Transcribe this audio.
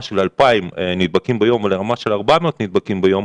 של 2,000 נבדקים ביום לרמה של 400 נדבקים ביום,